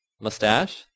Mustache